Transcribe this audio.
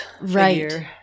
Right